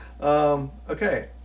Okay